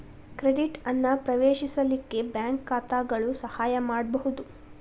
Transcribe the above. credit ಅನ್ನ ಪ್ರವೇಶಿಸಲಿಕ್ಕೆ bank ಖಾತಾಗಳು ಸಹಾಯ ಮಾಡ್ಬಹುದು